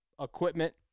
equipment